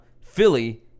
Philly